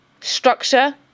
structure